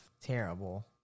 terrible